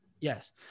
Yes